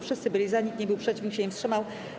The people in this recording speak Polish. Wszyscy byli za, nikt nie był przeciw, nikt się nie wstrzymał.